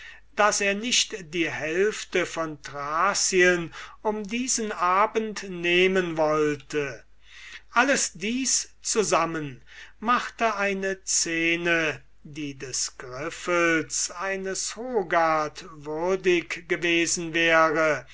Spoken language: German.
daß er nicht die hälfte von thracien um diesen abend nehmen wollte alles dies zusammen machte eine scene die des griffels eines hogarth würdig gewesen wäre